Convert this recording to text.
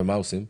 ומה עושים?